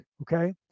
okay